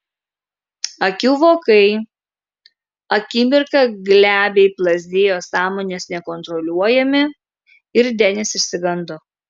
akių vokai akimirką glebiai plazdėjo sąmonės nekontroliuojami ir denis išsigando